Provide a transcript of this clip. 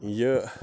یہِ